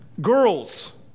girls